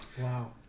Wow